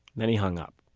then he hung up